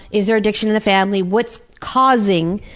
is there addiction in the family, what's causing?